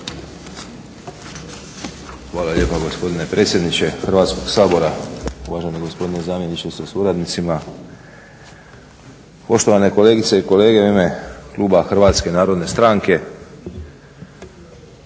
Hvala lijepa gospodine predsjedniče Hrvatskog sabora, uvaženi gospodine zamjeniče sa suradnicima, poštovane kolegice i kolege. U ime kluba HNS-a nekoliko stvari